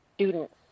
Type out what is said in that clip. students